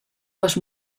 les